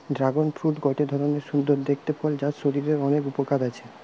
dragon fruit গটে ধরণের সুন্দর দেখতে ফল যার শরীরের অনেক উপকার আছে